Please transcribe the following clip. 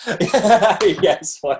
yes